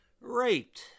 raped